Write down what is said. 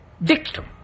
victim